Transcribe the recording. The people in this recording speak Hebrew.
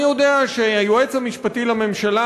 אני יודע שהיועץ המשפטי לממשלה,